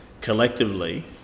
collectively